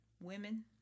Women